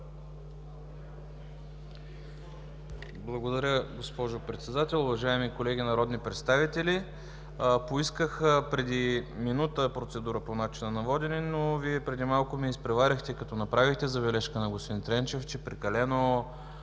Благодаря, госпожо Председател. Уважаеми колеги народни представители, поисках преди минута процедура по начина на водене, но Вие преди малко ме изпреварихте като направихте забележка на господин Тренчев, че прекалено